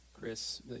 Chris